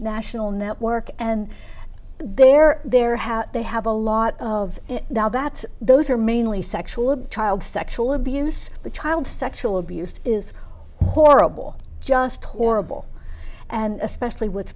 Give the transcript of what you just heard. national network and there there have they have a lot of that those are mainly sexual child sexual abuse child sexual abuse is horrible just horrible and especially with